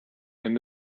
and